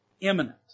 imminent